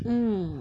mm